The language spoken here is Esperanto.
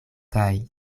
kaj